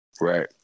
right